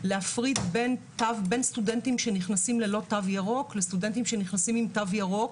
להפריד בין סטודנטים שנכנסים ללא תו ירוק לסטודנטים שנכנסים עם תו ירוק.